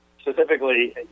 specifically